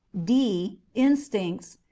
d. instincts.